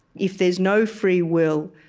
if there is no free will,